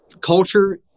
culture